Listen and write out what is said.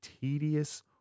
tedious